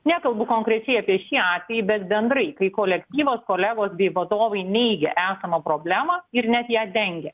nekalbu konkrečiai apie šį atvejį bet bendrai kai kolektyvas kolegos bei vadovai neigia esamą problemą ir net ją dengia